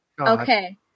okay